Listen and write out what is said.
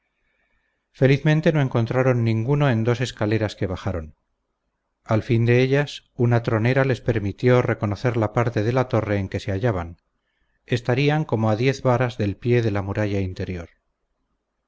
felizmente no encontraron ninguno en dos escaleras que bajaron al fin de ellas una tronera les permitió reconocer la parte de la torre en que se hallaban estarían como a diez varas del pie de la muralla interior